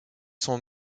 sont